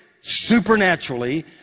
supernaturally